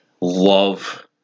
love